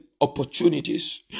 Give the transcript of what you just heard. opportunities